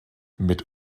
mit